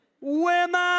women